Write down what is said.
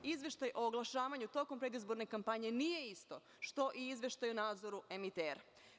Izveštaj o oglašavanju tokom predizborne kampanje nije isto što i izveštaj o nadzoru emitera.